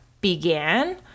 began